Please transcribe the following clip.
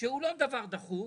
שהוא לא דבר דחוף,